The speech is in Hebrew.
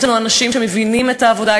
יש לנו אנשים שמבינים את העבודה,